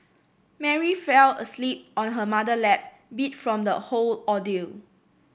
Mary fell asleep on her mother lap beat from the whole ordeal